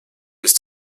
bis